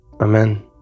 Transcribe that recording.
Amen